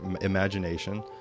imagination